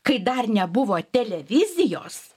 kai dar nebuvo televizijos